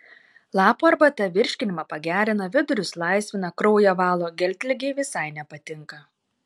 lapų arbata virškinimą pagerina vidurius laisvina kraują valo geltligei visai nepatinka